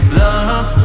love